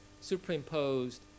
superimposed